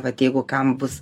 vat jeigu kam bus